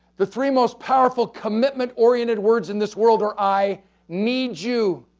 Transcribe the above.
the three most powerful commitment-oriented words in this world are, i need you.